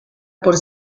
por